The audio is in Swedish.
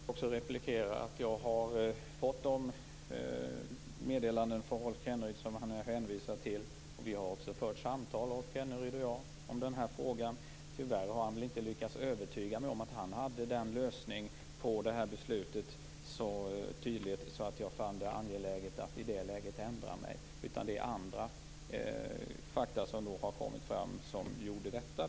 Herr talman! Då vill jag också replikera att jag har fått de meddelanden från Rolf Kenneryd som han hänvisar till. Vi har också fört samtal, Rolf Kenneryd och jag, om den här frågan. Tyvärr lyckades han väl inte övertyga mig om att han hade lösningen i fråga om det här beslutet på ett så tydligt sätt att jag fann det angeläget att i det läget ändra mig. Det var andra fakta som kom fram som gjorde detta.